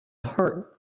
heart